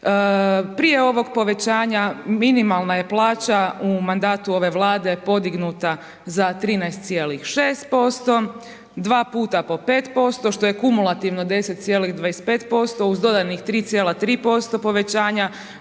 Prije ovog povećanja minimalna je plaća u mandatu ove Vlade podignuta za 13,6%, dva puta po 5% što je kumulativno 10,25% uz dodanih 3,3% povećanja